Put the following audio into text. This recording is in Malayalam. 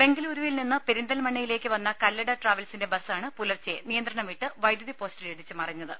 ബെങ്കലൂരുവിൽ നിന്ന് പെരിന്തൽമണ്ണയിലേക്ക് വന്ന കല്ലട ട്രാവൽസിന്റെ ബസ്സാണ് പുലർച്ചെ നിയന്ത്രണം വിട്ട് വൈദ്യുതി പോസ്റ്റിലിടിച്ച് മറിഞ്ഞത്